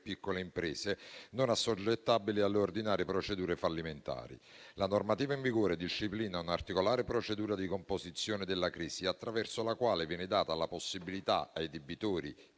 piccole imprese, non assoggettabili alle ordinarie procedure fallimentari. La normativa in vigore disciplina una particolare procedura di composizione della crisi attraverso la quale viene data la possibilità ai debitori